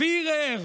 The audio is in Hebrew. קראו לו הפיהרר,